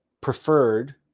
preferred